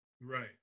right